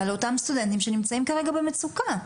לאותם סטודנטים שנמצאים כרגע במצוקה.